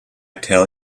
tell